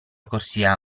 corsia